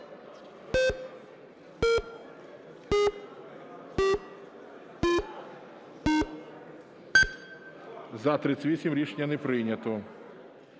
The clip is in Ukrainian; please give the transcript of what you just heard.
За-38 Рішення не прийнято.